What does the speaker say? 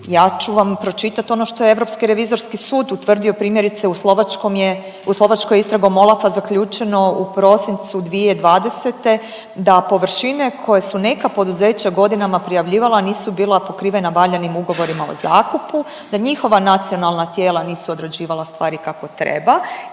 Ja ću vam pročitati ono što je Europski revizorski sud utvrdio primjerice u Slovačkoj je istragom OLAF-a zaključeno u prosincu 2020. da površine koje su neka poduzeća godinama prijavljivala nisu bila pokrivena valjanim ugovorima o zakupu, da njihova nacionalna tijela nisu odrađivala stvari kako treba